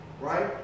Right